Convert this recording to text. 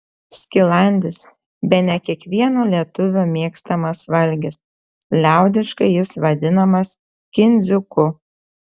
skilandis bene kiekvieno lietuvio mėgstamas valgis liaudiškai jis vadinamas kindziuku